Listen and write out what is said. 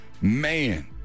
Man